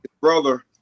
brother